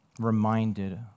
reminded